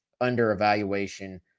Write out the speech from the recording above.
under-evaluation